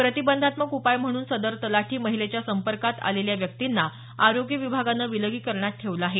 प्रतिबंधात्मक उपाय म्हणून सदर तलाठी महिलेच्या संपर्कात आलेल्या व्यक्तींना आरोग्य विभागानं विलगीकरणात ठेवलं आहे